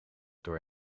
door